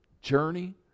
journey